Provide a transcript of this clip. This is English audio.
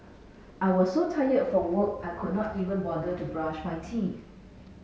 I was so tired from work I could not even bother to brush my teeth